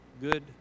good